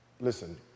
listen